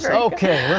so okay,